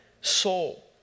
soul